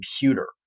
computer